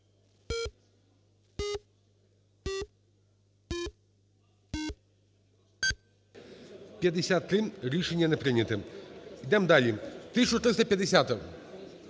За-53 Рішення не прийняте. Йдемо далі. 1350-а.